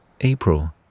April